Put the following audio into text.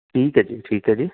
ਠੀਕ ਹੈ ਜੀ ਠੀਕ ਹੈ ਜੀ